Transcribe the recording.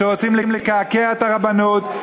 שרוצים לקעקע את הרבנות,